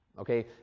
Okay